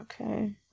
okay